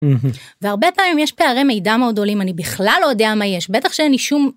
והרבה פעמים יש פערי מידע מאוד גדולים אני בכלל לא יודע מה יש בטח שאין לי שום.